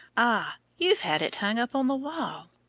ah! you've had it hung up on the wall.